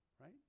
Right